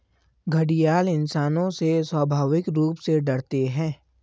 घड़ियाल इंसानों से स्वाभाविक रूप से डरते है